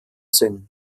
sinn